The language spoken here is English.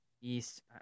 East